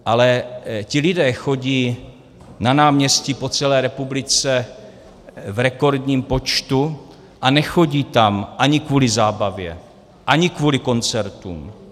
Ale ti lidé chodí na náměstí po celé republice v rekordním počtu a nechodí tam ani kvůli zábavě, ani kvůli koncertům.